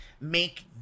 Make